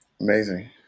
Amazing